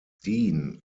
dean